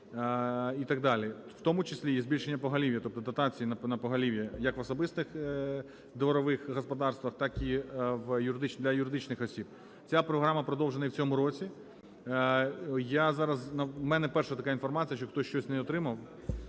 в тому числі і збільшення поголів'я, тобто дотації на поголів'я як в особистих дворових господарствах, так і для юридичних осіб. Ця програма продовжена і в цьому році. Я зараз... в мене вперше така інформація, що хтось щось не отримав.